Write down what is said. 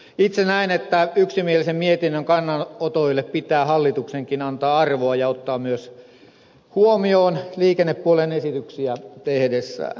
itse näen että yksimielisen mietinnön kannanotoille pitää hallituksenkin antaa arvoa ja ottaa ne myös huomioon liikennepuolen esityksiä tehdessään